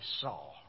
saw